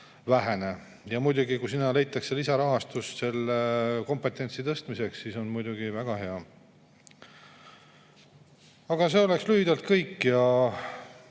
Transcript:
vähene. Muidugi, kui leitakse lisarahastus selle kompetentsuse tõstmiseks, siis on muidugi väga hea. See on lühidalt kõik.